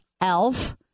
elf